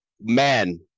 man